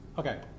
Okay